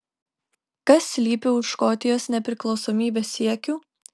kas slypi už škotijos nepriklausomybės siekių